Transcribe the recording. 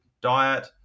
diet